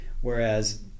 Whereas